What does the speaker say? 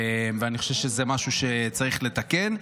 ואני חושב שזה משהו שצריך לתקן.